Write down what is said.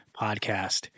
Podcast